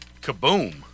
Kaboom